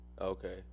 Okay